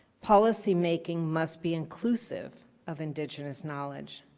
policymaking must be inclusive of indigenous knowledge.